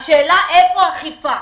השאלה איפה האכיפה.